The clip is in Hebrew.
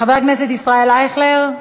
חבר הכנסת ישראל אייכלר,